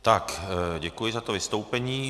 Tak děkuji za to vystoupení.